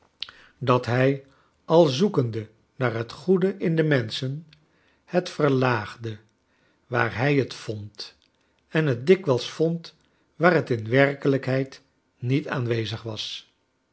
dat hij al zoekende naar het goede in de menschen het verlaagde waar hij het vond en het dikwijls vond waar het in werkelrjkheid niet aanwezig was